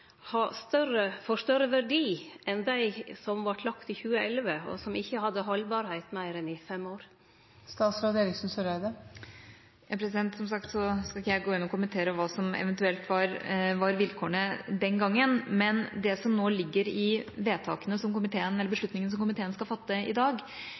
får større verdi enn dei som vart lagde i 2011, og som ikkje hadde haldbarheit lenger enn i fem år? Som sagt skal ikke jeg gå inn og kommentere hva som eventuelt var vilkårene den gangen, men det som ligger i beslutningene som komiteen skal fatte i dag,